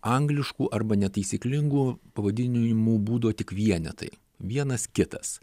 angliškų arba netaisyklingų pavadinimų būdavo tik vienetai vienas kitas